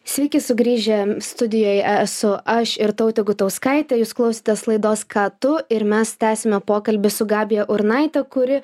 sveiki sugrįžę studijoj esu aš irtautė gutauskaitė jūs klausėtės laidos ką tu ir mes tęsiame pokalbį su gabija urnaite kuri